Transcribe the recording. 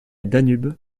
danube